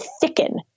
thicken